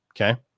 Okay